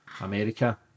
America